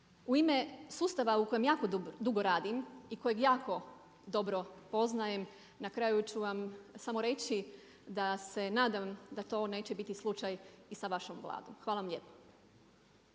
U ime sustava u kojem jako dugo radim i kojeg jako dobro poznajem na kraju ću vam samo reći da se nadam da to neće biti slučaj i sa vašom Vladom. Hvala vam lijepa.